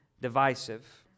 divisive